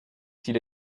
s’il